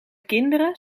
kinderen